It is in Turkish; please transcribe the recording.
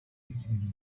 bekleniyor